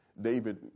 David